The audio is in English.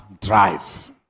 drive